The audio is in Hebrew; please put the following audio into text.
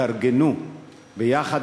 התארגנו ביחד.